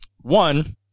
One